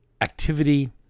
activity